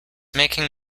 making